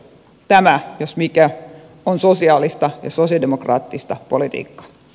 tämä jos mikä on sosiaalista ja sosialidemokraattista politiikkaa